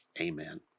amen